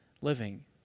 living